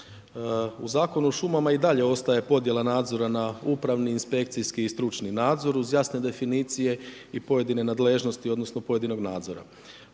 U Zakonu o šumama i dalje ostaje podjela nadzora na upravni, inspekciji i stručni nadzor, uz jasne definicije i pojedine nadležnosti, odnosno, pojedinog nadzora.